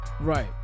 right